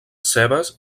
cebes